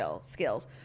skills